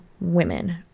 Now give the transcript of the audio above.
women